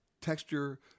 texture